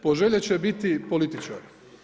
Poželjet će biti političari.